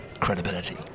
credibility